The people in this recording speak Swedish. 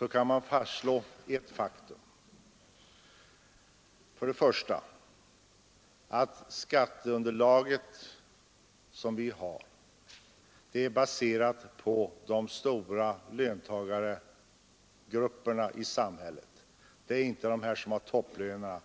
Vi kan då först och främst fastslå ett faktum, nämligen att skatteunderlaget är baserat på de stora löntagargrupperna i samhället. De relativt få som har topplönerna